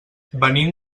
venim